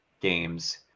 games